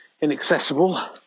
inaccessible